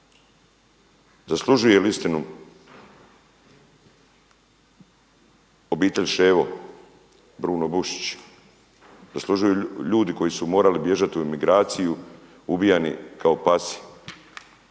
Zaslužuje li istinu obitelj Ševo, Bruno Bušić. Zaslužuju li ljudi koji su morali bježati u imigraciju ubijani kao pasi